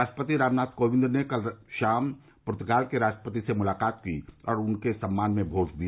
राष्ट्रपति रामनाथ कोविंद ने कल शाम पूर्वगाल के राष्ट्रपति से मुलाकात की और उनके सम्मान में भोज दिया